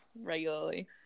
regularly